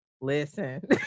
listen